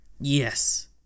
Yes